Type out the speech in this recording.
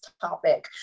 topic